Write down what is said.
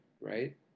right